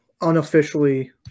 unofficially